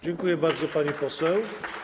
Dziękuję bardzo, pani poseł.